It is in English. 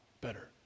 better